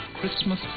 Christmas